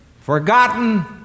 forgotten